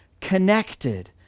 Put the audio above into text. connected